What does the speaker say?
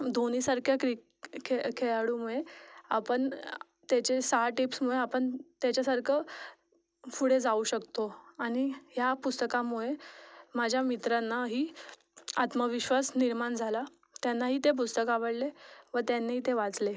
धोनीसारख्या क्रि खे खेळाडूमुळे आपण त्याचे सहा टिप्समुळे आपण त्याच्यासारखं पुढे जाऊ शकतो आणि ह्या पुस्तकामुळे माझ्या मित्रांनाही आत्मविश्वास निर्माण झाला त्यांनाही ते पुस्तक आवडले व त्यांनी ते वाचले